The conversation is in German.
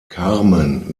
carmen